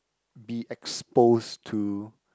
be exposed to